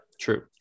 True